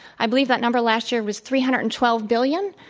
i believe that number last year was three hundred and twelve billion.